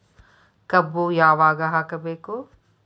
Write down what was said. ಕಬ್ಬು ಯಾವಾಗ ಹಾಕಬೇಕು?